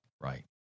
Right